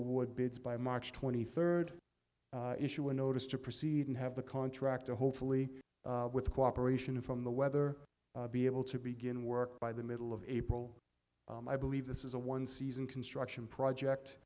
award bids by march twenty third issue a notice to proceed and have the contract to hopefully with the cooperation from the weather be able to begin work by the middle of april i believe this is a one season construction project